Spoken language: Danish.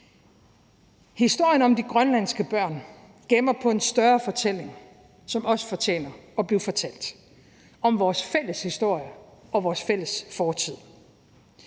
Historien om de grønlandske børn gemmer på en større fortælling, som også fortjener at blive fortalt, om vores fælles historie og vores fælles fortid.